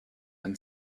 and